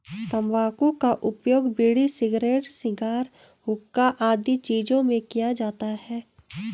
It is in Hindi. तंबाकू का उपयोग बीड़ी, सिगरेट, शिगार, हुक्का आदि चीजों में किया जाता है